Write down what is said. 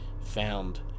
found